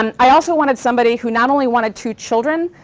um i also wanted somebody who not only wanted two children,